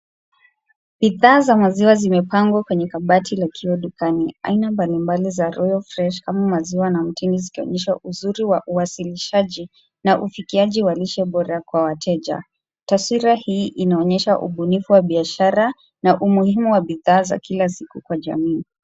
Bidhaa za maziwa zimepangwa kwenye kabati la kioo dukani. Aina mbalimbali za Royal Fresh kama maziwa na mtindi zikionyesha uzuri wa uwasilishaji na uafikiaji wa lishe bora kwa wateja. Taswira hii inaonyesha ubunifu wa biashara na umuhimu wa bidhaa za kila siku katika jamii.